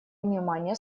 внимания